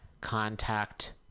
contact